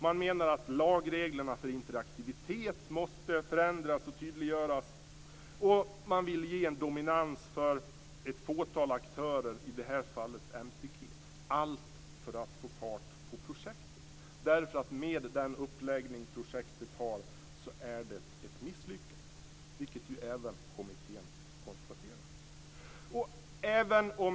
Man menar att lagreglerna för interaktivitet måste förändras och tydliggöras. Man vill ge en dominans för ett fåtal aktörer, i det här fallet MTG - allt för att få fart på projektet. Med den uppläggning projektet har är det nämligen ett misslyckande, vilket även kommittén konstaterar.